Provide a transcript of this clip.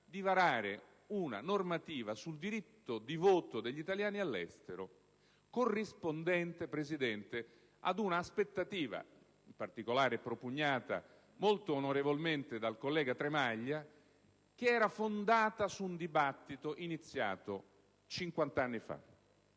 di varare una normativa sul diritto di voto degli italiani all'estero corrispondente ad una aspettativa, in particolare propugnata molto onorevolmente dal collega Tremaglia, che era fondata su un dibattito iniziato cinquant'anni fa.